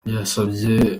yasabye